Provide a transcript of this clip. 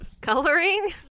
Coloring